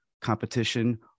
competition